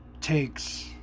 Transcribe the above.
takes